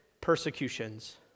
persecutions